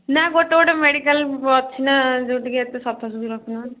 ନାଁ ଗୋଟେ ଗୋଟେ ମେଡ଼ିକାଲ୍ ଅଛିନା ଯେଉଁ ଟିକେ ଏତେ ସବୁ ସଫା ସୁଫି ରଖୁନାହାନ୍ତି